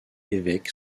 évêque